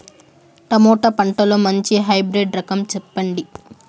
Tomato పంటలో మంచి hybrid రకం చెప్పండి?